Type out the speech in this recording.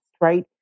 right